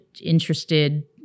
interested—